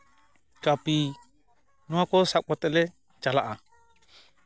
ᱠᱟᱹᱯᱤ ᱱᱚᱣᱟ ᱠᱚ ᱥᱟᱵ ᱠᱟᱛᱮᱫ ᱞᱮ ᱪᱟᱞᱟᱜᱼᱟ